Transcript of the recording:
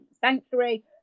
sanctuary